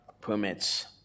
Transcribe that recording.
permits